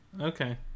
Okay